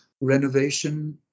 renovation